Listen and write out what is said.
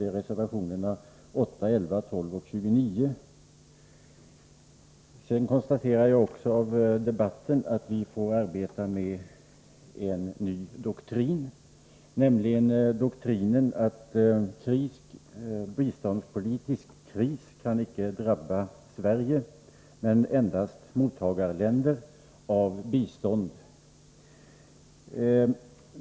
Det är reservationerna 8, 11, 12 och 29; Av debatten drar jag också den slutsatsen att vi får arbeta med en ny doktrin, nämligen doktrinen att en biståndspolitisk kris icke kan drabba Sverige, endast länder som mottar bistånd.